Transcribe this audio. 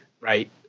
right